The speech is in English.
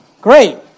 Great